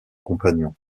compagnons